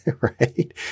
right